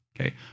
okay